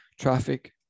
traffic